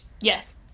Yes